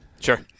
Sure